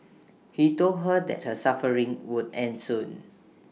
he told her that her suffering would end soon